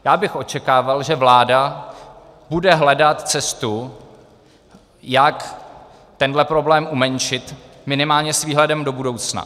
Já bych očekával, že vláda bude hledat cestu, jak tenhle problém umenšit minimálně s výhledem do budoucna.